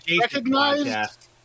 recognized